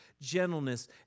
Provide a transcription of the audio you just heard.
gentleness